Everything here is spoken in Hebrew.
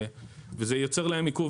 וזה יוצר להם עיכוב,